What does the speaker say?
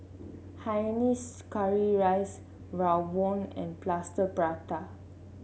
Hainanese Curry Rice rawon and Plaster Prata